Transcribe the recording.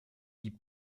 die